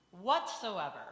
whatsoever